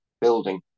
building